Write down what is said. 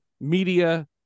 media